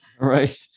right